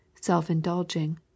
self-indulging